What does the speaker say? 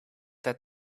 that